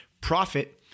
Profit